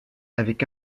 avec